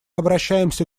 обращаемся